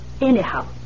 anyhow